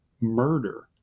murder